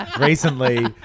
Recently